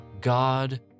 God